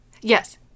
Yes